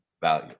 value